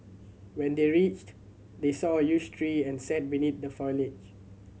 when they reached they saw a huge tree and sat beneath the foliage